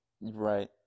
Right